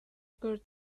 occurred